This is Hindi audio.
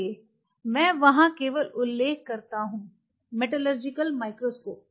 चलिए मैं वहां केवल उल्लेख करता हूं मेटलर्जिकल माइक्रोस्कोप